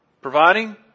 providing